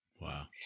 Wow